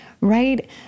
Right